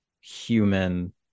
human